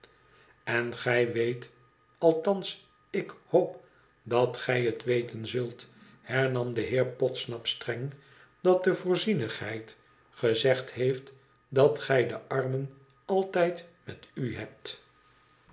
len gij weet althans ik hoop dat gij het weten zult hernam de heer podsnap streng dat de voorzienigheid gezegd heeft dat gij de armen altijd met u hebt